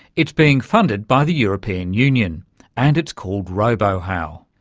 it's being funded by the european union and its called robohow.